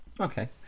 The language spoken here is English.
Okay